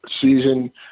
season